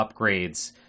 upgrades